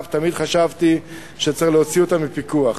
תמיד חשבתי שצריך להוציא אותם מפיקוח.